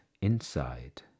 inside